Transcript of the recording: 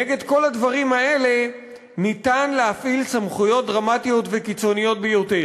נגד כל הדברים האלה ניתן להפעיל סמכויות דרמטיות וקיצוניות ביותר.